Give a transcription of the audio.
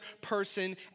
person